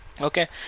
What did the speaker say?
okay